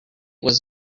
was